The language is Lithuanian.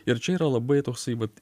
ir čia yra labai toksai vat